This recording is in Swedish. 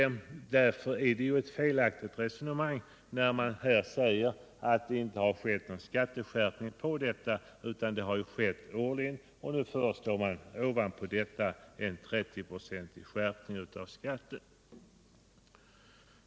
Därför är det ett felaktigt resonemang som förs när man säger att det inte har skett någon skatteskärpning på detta område. Sådana har skett årligen, .och nu föreslår man ovanpå detta en 30-procentig skärpning av skatten.